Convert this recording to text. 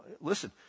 listen